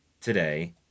today